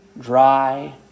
Dry